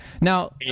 Now